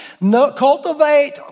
cultivate